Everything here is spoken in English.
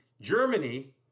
Germany